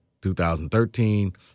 2013